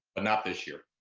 ah not this year.